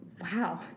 Wow